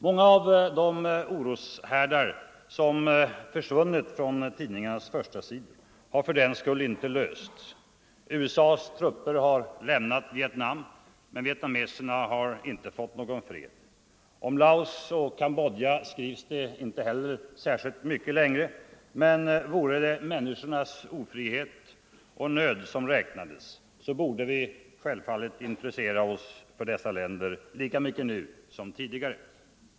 Många av de oroshärdar som försvunnit från tidningarnas första-sidor har fördenskull inte upphört att vara problem. USA:s trupper har lämnat Vietnam, men vietnameserna har inte fått någon fred. Om Laos och Cambodja skrivs det inte heller särskilt mycket längre, men vore det människornas ofrihet och nöd som räknades borde vi självfallet intressera oss för dessa länder lika mycket som tidigare.